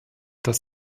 das